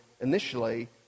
initially